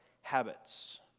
habits